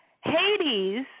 Hades